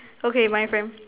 okay my friend